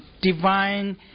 divine